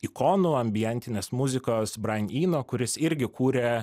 ikonų ambientinės muzikos brain ino kuris irgi kuria